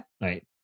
right